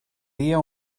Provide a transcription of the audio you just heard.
dia